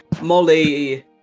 molly